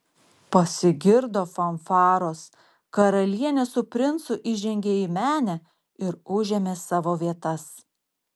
pasigirdo fanfaros karalienė su princu įžengė į menę ir užėmė savo vietas